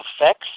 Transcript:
effects